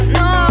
no